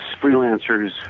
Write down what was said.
freelancers